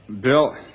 Bill